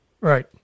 Right